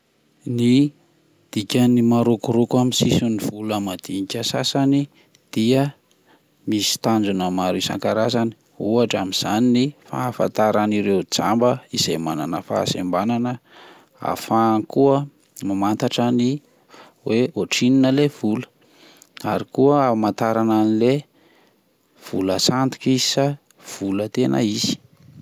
Ny dikany marokoroko amin'ny sisin'ny vola madinika sasany dia misy tanjona maro isan-karazany ohatra amin'izany ny fahafantaran'ireo jamba izay manana fahasebanana ahafahany koa mamantatra ny hoe ohatrinona le vola ary ko amatarana anle vola sandoka izy sa vola tena izy.